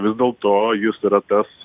vis dėl to jis yra tas